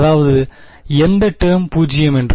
அதாவது எந்த டேர்ம் 0 என்று